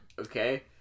okay